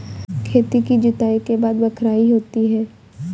खेती की जुताई के बाद बख्राई होती हैं?